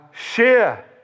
share